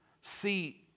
See